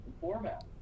format